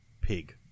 Pig